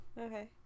Okay